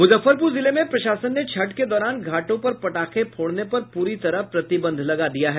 मूजफ्फरपूर जिले में प्रशासन ने छठ के दौरान घाटों पर पटाखे फोड़ने पर पूरी तरह प्रतिबंध लगा दिया है